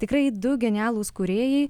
tikrai du genialūs kūrėjai